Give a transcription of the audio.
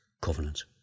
covenant